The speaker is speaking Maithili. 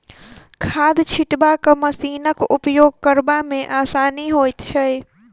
खाद छिटबाक मशीनक उपयोग करबा मे आसानी होइत छै